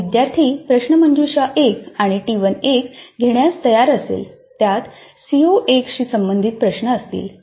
तर विद्यार्थी प्रश्नमंजुषा 1 आणि टी 1 घेण्यास तयार असेल ज्यात सीओ 1 शी संबंधित प्रश्न असतील